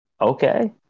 Okay